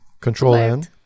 Control-N